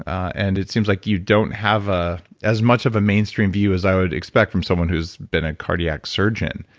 and it seems like you don't have ah as much of a mainstream view as i would expect for someone who's been a cardiac surgeon